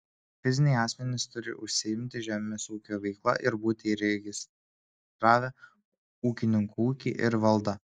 fiziniai asmenys turi užsiimti žemės ūkio veikla ir būti įregistravę ūkininko ūkį ir valdą